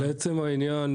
לעצם העניין,